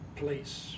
place